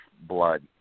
blood